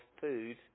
food